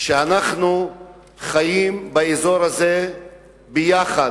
אנחנו חיים באזור הזה ביחד,